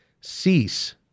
cease